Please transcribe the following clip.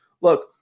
look